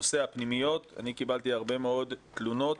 בנושא הפנימיות: קיבלתי הרבה מאוד תלונות,